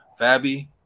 Fabby